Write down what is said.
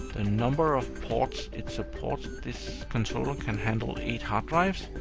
the number of ports it supports. this controller can handle eight hard drives.